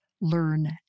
learn